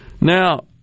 Now